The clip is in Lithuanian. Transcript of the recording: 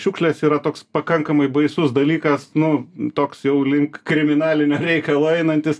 šiukšlės yra toks pakankamai baisus dalykas nu toks jau link kriminalinio reikalo einantis